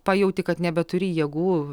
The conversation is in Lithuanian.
pajauti kad nebeturi jėgų